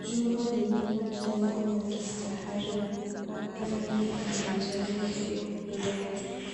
Jumba lililojengwa la kifahari na kupakwa rangi ya manjano isiyokolea